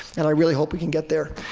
and i really hope we can get there.